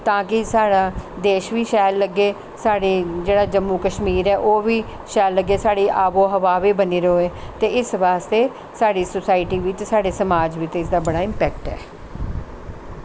तां कि साढ़ा देश बी शैल लग्गै साढ़ा जेह्ड़ा जम्मू कश्मीर ऐ ओह् बी शैल लग्गै साढ़ी आबो हवा बी बनी रवै ते इस बास्तै साढ़ी सोसाईटी बिच्च साढ़े समाज़ आस्तै इस दा बड़ा इंपैक्ट ऐ